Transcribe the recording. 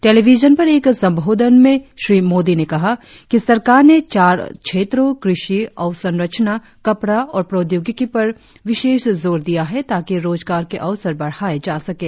television पर एक सबोधन में श्री मोदी ने कहा कि सरकार ने चार क्षेत्रों कृषि अवसंरचना कपड़ा और प्रौद्योगिकी पर विशेष जोर दिया है ताकि रोजगार के अवसर बढ़ाए जा सकें